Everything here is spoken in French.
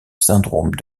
syndrome